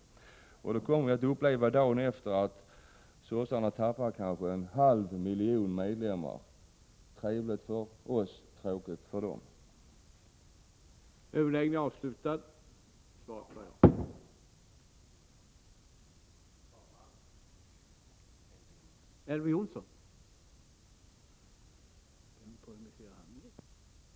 Dagen efter kommer vi att uppleva att socialdemokraterna tappar en halv miljon medlemmar — trevligt för oss men tråkigt för socialdemokraterna.